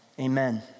amen